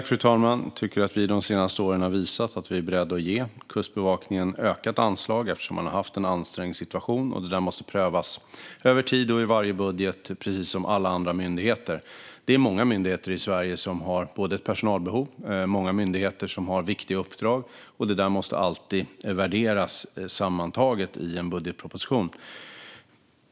Fru talman! Jag tycker att vi de senaste åren har visat att vi är beredda att ge Kustbevakningen ökade anslag med anledning av att man haft en ansträngd situation. Det där måste prövas över tid och i varje budget, precis som för alla andra myndigheter. Det är många myndigheter i Sverige som har både personalbehov och viktiga uppdrag. Detta måste alltid värderas sammantaget i en budgetproposition.